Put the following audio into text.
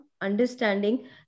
understanding